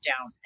down